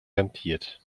rentiert